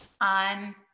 on